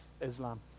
islam